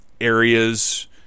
areas